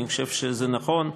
אני חושב שזה נכון,